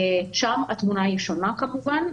שם התמונה היא שונה כמובן.